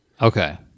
Okay